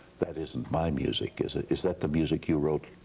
that isn't my music, is it? is that the music you wrote?